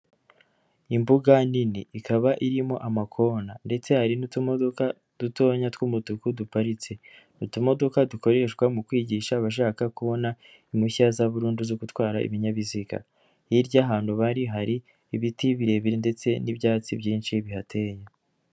Imbuga nini ikaba irimo amakona ndetse hari n'utumodoka dutonya tw'umutuku duparitse, utumodoka dukoreshwa mu kwigisha abashaka kubona impushya za burundu zo gutwara ibinyabiziga, hirya ahantu bari hari ibiti birebire ndetse n'ibyatsi byinshi bihateye.